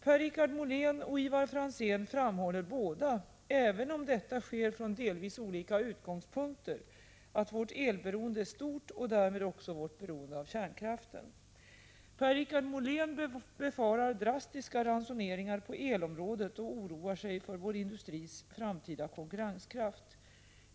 Per-Richard Molén och Ivar Franzén framhåller båda, även om detta sker från delvis olika utgångspunkter, att vårt elberoende är stort och därmed också vårt beroende av kärnkraften. Per-Richard Molén befarar drastiska ransoneringar på elområdet och oroar sig för vår industris framtida konkurrenskraft.